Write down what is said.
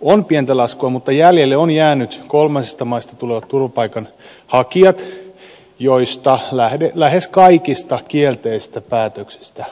on pientä laskua mutta jäljelle ovat jääneet kolmansista maista tulevat turvapaikanhakijat joista lähes kaikista kielteisistä päätöksistä valitetaan